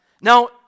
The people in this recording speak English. Now